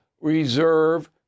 reserve